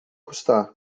custar